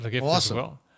awesome